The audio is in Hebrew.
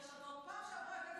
לבריאות שיהיה לך,